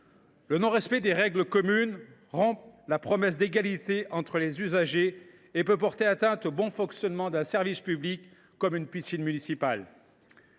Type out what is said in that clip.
le non respect des règles communes rompt la promesse d’égalité entre les usagers et peut porter atteinte au bon fonctionnement du service public qu’est une piscine municipale.